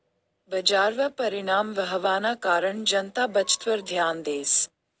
बजारवर परिणाम व्हवाना कारण जनता बचतवर ध्यान देस